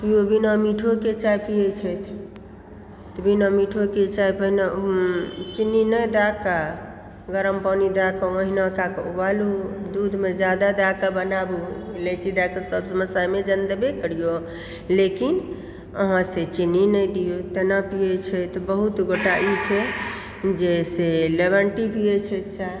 केओ बिना मिठोके चाय पियै छै बिना मिठोके चाय पहिने चीनी नहि दए कऽ गरम पानी दए कऽ ओहिना कए कऽ उबालु दूधमे जादा दए कऽ बनाबु इलाइची दए कऽ सब देबे करिऔ लेकिन अहाँ से चीनी नहि दिऔ तेना पियै छथि तऽ बहुत गोटा ई छै जे से लेमन टी पियै छथि चाय